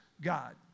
God